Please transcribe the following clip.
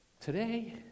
today